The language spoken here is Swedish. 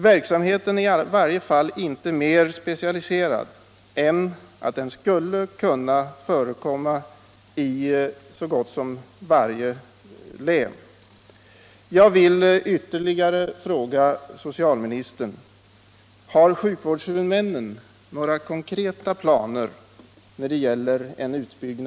Verksamheten är i varje fall inte mer specialiserad än att den skulle kunna förekomma i så gott som varje län.